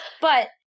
But-